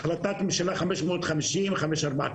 החלטת ממשל 550 ו- 549,